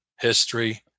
history